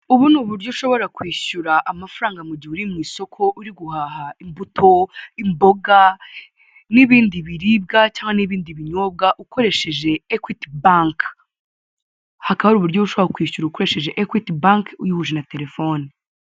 Ubu ni uburyo ushobora kwishyura amafaranga mu gihe uri mu isoko uri guhaha imbuto, imboga n'ibindi biribwa cyangwa ibindi binyobwa ukoresheje Equity bank, hakaba ari uburyo ushobora kwishyura ukoresheje Equity bank uyihuje na telefone.